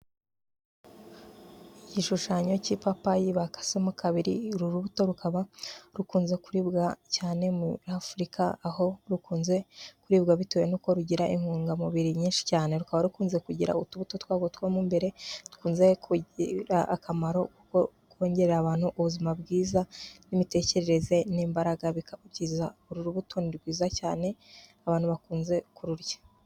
Igishushanyo cy'ipapayi bakasemo kabiri. Uru rubuto rukaba rukunze kuribwa cyane muri Afurika, aho rukunze kuribwa bitewe nuko rugira intungamubiri nyinshi cyane. Rukaba rukunze kugira utubuto twarwo two mo imbere, dukunze kugira akamaro kuko twongerera abantu ubuzima bwiza, n'imitekerereze n'imbaraga, bikaba byiza. Uru rubuto ni rwiza cyane, ku abantu bakunze kururya.